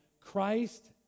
Christ